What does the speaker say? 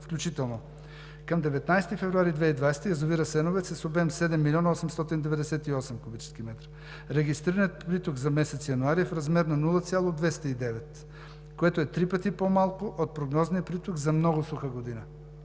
включително. Към 19 февруари 2020 г. язовир „Асеновец“ е с обем 7 млн. 898 куб. м. Регистрираният приток за месец януари е в размер на 0,209, което е три пъти по-малко от прогнозния приток за много суха година.